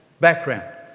background